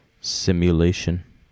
simulation